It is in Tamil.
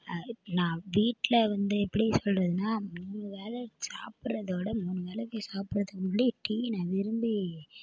நான் வீட்டில் வந்து எப்படி சொல்வதுன்னா மூணு வேளை சாப்பிடுறதோட மூணு வேளைக்கு சாப்பிட்டுறதுக்கு முன்னாடி டீ நான் விரும்பி